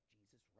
Jesus